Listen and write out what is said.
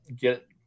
get